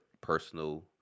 personal